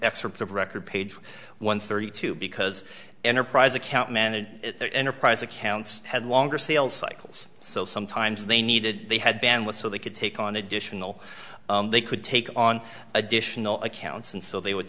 excerpt of record page one thirty two because enterprise account manager at the enterprise accounts had longer sales cycles so sometimes they needed they had band with so they could take on additional they could take on additional accounts and so they would